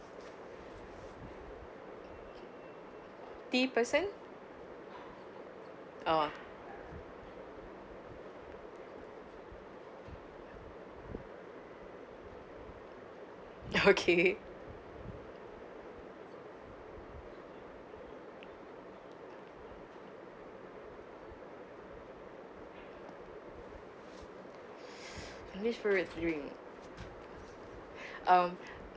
tea person oh okay my least favourite drink um